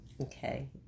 Okay